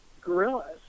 gorillas